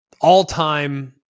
all-time